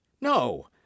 No